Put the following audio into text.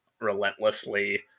relentlessly